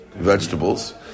vegetables